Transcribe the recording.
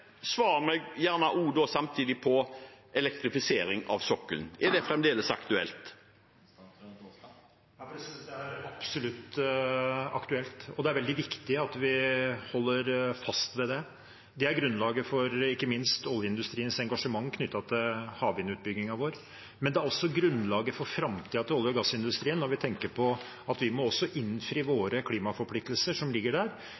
samtidig på elektrifisering av sokkelen: Er det fremdeles aktuelt? Det er absolutt aktuelt, og det er veldig viktig at vi holder fast ved det. Det er grunnlaget for ikke minst oljeindustriens engasjement knyttet til havvindutbyggingen vår. Det er også grunnlaget for framtiden til olje- og gassindustrien når vi tenker på at vi må innfri våre klimaforpliktelser som ligger der